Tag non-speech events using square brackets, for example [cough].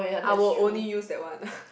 I will only use that one [laughs]